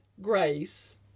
grace